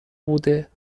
بوده